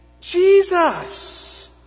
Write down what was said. Jesus